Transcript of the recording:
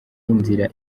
inzira